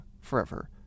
forever